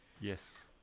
Yes